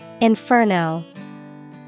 Inferno